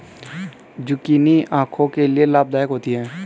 zucchini आंखों के लिए लाभदायक होती है